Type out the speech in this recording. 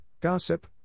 gossip